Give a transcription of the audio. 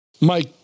mike